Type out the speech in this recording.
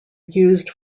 used